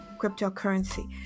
cryptocurrency